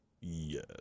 yes